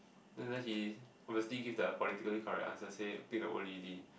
and then he obviously give the politically correct answer say pick the old lady